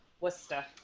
Worcester